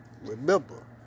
remember